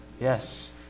Yes